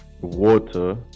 water